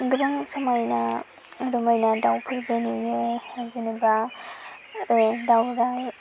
गोबां समायना रमायना दावफोरबो नुयो जेनबा दावराय